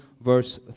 verse